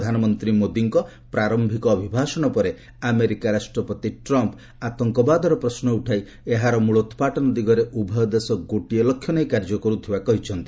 ପ୍ରଧାନମନ୍ତ୍ରୀ ମୋଦିଙ୍କ ପ୍ରାର୍ୟିକ ଅଭିଭାଷଣ ପରେ ଆମେରିକା ରାଷ୍ଟ୍ରପତି ଟ୍ରମ୍ପ ଆତଙ୍କବାଦର ପ୍ରଶ୍ନ ଉଠାଇ ଏହାର ମୂଳୋତ୍ପାଟନ ଦିଗରେ ଉଭୟ ଦେଶ ଗୋଟିଏ ଲକ୍ଷ୍ୟ ନେଇ କାର୍ଯ୍ୟ କରୁଥିବା ସେ କହିଥିଲେ